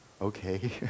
Okay